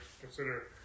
consider